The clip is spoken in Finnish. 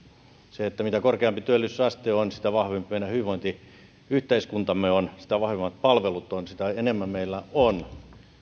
mitä korkeampi työllisyysaste on sitä vahvempi meidän hyvinvointiyhteiskuntamme on sitä vahvemmat palvelut ovat sitä enemmän meillä on